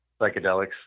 psychedelics